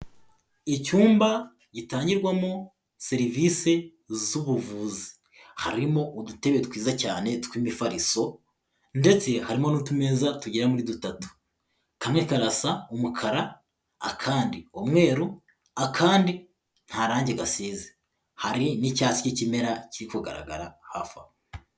Icyumba gitangirwamo serivisi z'ubuvuzi harimo udutebe twiza cyane tw'imifariso ndetse harimo n'utumeza tugera muri dutatu, kamwe karasa umukara, akandi umweru, akandi nta rangi gasize, hari n'icyatsi k'ikimera kiri kugaragara hafi aho.